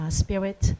spirit